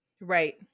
Right